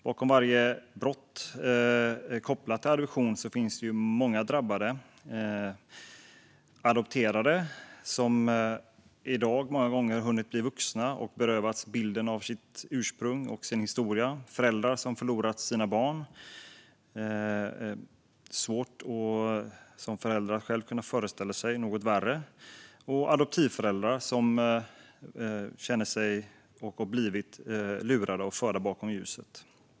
Bakom varje brott kopplat till adoption finns det många drabbade: adopterade som i dag många gånger har hunnit bli vuxna och berövats bilden av sitt ursprung och sin historia, föräldrar som har förlorat sina barn - det är svårt att som förälder föreställa sig något värre - och adoptivföräldrar som känner sig lurade och har blivit förda bakom ljuset.